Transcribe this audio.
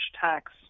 tax